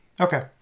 Okay